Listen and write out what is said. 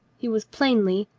he was plainly,